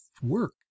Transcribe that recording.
work